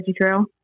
Trail